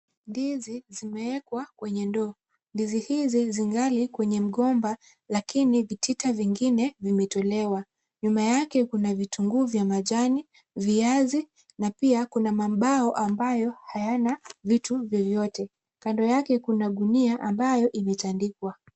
Ndizi zimewekwa kwenye ndoo. Ndizi hizi zingali kwenye mgomba lakini vitita vingine vimetolewa. Nyuma yake kuna vitunguu vya majani, viazi na pia kuna mambao ambayo haya vitu vyovyote. Kando yake kuna gunia ambayo imetandikwa.